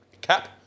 cap